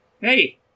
hey